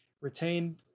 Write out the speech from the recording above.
retained